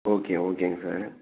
okay ஓகேங்க sir